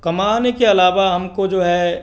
कमाने के अलावा हमको जो है